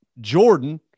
Jordan